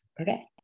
okay